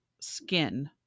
skin